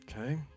Okay